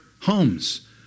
homes